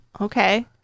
Okay